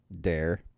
dare